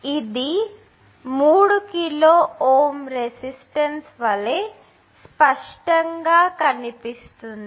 ఇది 3 kilo Ω resistance వలె స్పష్టంగా కనిపిస్తుంది